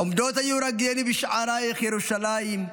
"עומדות היו רגלינו בשעריך ירושלים";